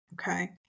Okay